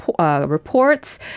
reports